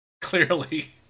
clearly